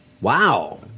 Wow